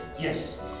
yes